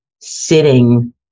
sitting